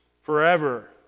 Forever